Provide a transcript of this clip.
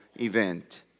event